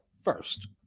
First